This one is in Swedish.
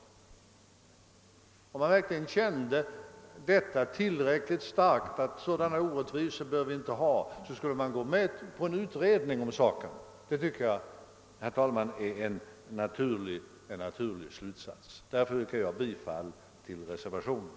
Om man verkligen kände tillräckligt starkt att sådana orättvisor inte bör få förekomma, så skulle man gå med på en utredning om saken. Det tycker jag, herr talman, är en naturlig slutsats, och därför yrkar jag bifall till reservationen.